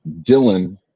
dylan